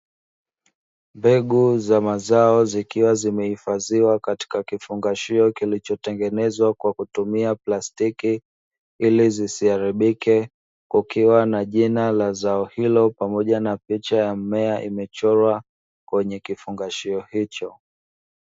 Mbegu za mazao zikiwa zimehifadhiwa katika kifungashio, kilichotengenezwa kwa kutumia plastiki ili zisiharibike, kukiwa na jina la zao hilo pamoja na picha ya mmea imechorwa kwenye kifungashio hicho.